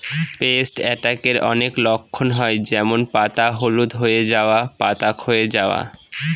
paste অ্যাটাকের অনেক লক্ষণ হয় যেমন পাতা হলুদ হয়ে যাওয়া, পাতা ক্ষয়ে যাওয়া